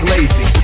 Lazy